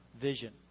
vision